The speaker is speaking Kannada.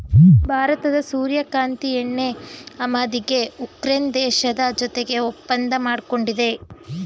ಭಾರತದ ಸೂರ್ಯಕಾಂತಿ ಎಣ್ಣೆ ಆಮದಿಗೆ ಉಕ್ರೇನ್ ದೇಶದ ಜೊತೆಗೆ ಒಪ್ಪಂದ ಮಾಡ್ಕೊಂಡಿದೆ